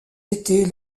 étés